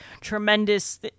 tremendous